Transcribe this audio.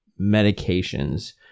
medications